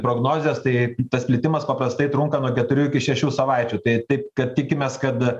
prognozes tai tas plitimas paprastai trunka nuo keturių iki šešių savaičių tai taip kad tikimės kad